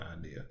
idea